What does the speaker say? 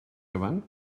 gyfan